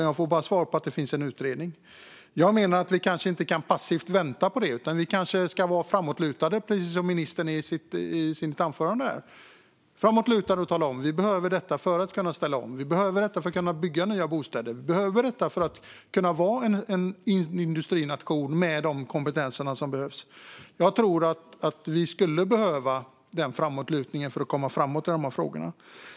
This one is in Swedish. Jag får bara svaret att det pågår en utredning. Jag menar att vi kanske inte kan passivt vänta på den. Vi ska kanske vara framåtlutade, precis som ministern är i sitt anförande. Vi ska vara framåtlutade och tala om att vi behöver detta för att kunna ställa om, att vi behöver detta för att kunna bygga nya bostäder och att vi behöver detta för att kunna vara en industrination med de kompetenser som behövs. Jag tror att vi skulle behöva den framåtlutningen för att komma framåt i frågorna.